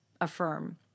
affirm